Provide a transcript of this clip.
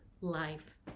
life